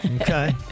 Okay